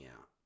out